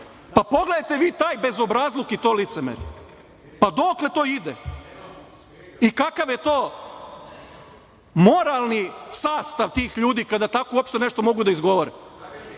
Pa pogledajte vi taj bezobrazluk i to licemerje. Dokle to ide i kakav je to moralni sastav tih ljudi kada tako nešto uopšte mogu da izgovore,